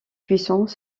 puissants